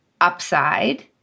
upside